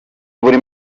muri